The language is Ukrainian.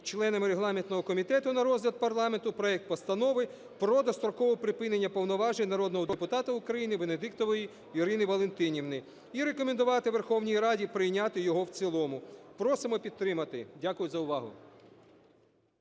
членами регламентного комітету, на розгляд парламенту проект Постанови про дострокове припинення повноважень народного депутата України Венедіктової Ірини Валентинівни і рекомендувати Верховній Раді прийняти його в цілому. Просимо підтримати. Дякую за увагу.